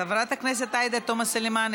חברת הכנסת עאידה תומא סולימאן,